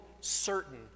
certain